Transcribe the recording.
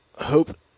hope